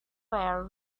were